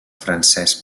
francès